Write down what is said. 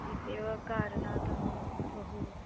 इत्येव कारणात् अहं बहु